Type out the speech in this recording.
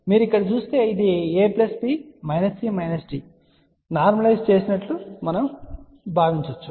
మీరు ఇక్కడ చూస్తే ఇది a b c d ను సాధారణీకరించినట్లు మనము భావిస్తాము